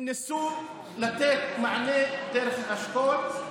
הם ניסו לתת מענה דרך האשכול,